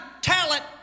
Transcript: talent